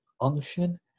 unction